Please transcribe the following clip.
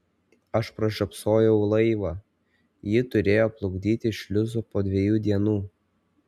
aš pražiopsojau laivą jį turėjo plukdyti šliuzu po dviejų dienų